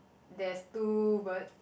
there's two bird